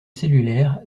cellulaire